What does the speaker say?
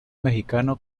mexicano